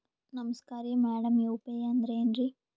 ನಮಸ್ಕಾರ್ರಿ madam UPI ಅಂದ್ರೆನ್ರಿ?